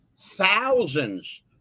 thousands